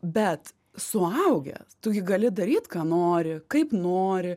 bet suaugę tu gi gali daryt ką nori kaip nori